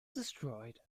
destroyed